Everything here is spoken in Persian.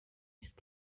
است